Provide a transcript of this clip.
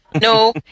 No